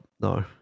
No